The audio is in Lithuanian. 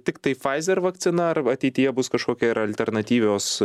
tiktai pfizer vakcina arba ateityje bus kažkokia ir alternatyvios